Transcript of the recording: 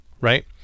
right